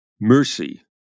Mercy